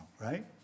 right